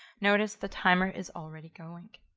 notice the timer is already going.